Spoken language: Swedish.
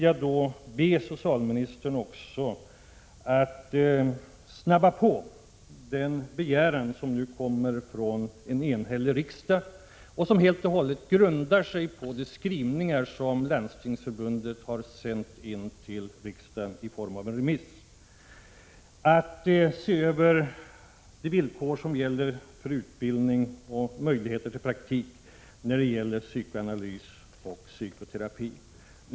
Jag ber sedan socialministern ”snabba på” den begäran, som nu kommer 53 från en enhällig riksdag och som helt och hållet grundar sig på de skrivningar som Landstingsförbundet har sänt in till riksdagen i form av en remiss, att se över de villkor som gäller för utbildning och möjligheter till praktik på områdena psykoanalys och psykoterapi.